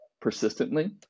persistently